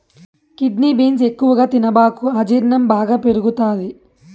kidney beans ఎక్కువగా తినబాకు అజీర్ణం బాగా పెరుగుతది